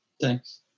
thanks